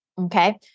okay